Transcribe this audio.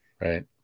Right